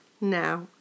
Now